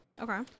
Okay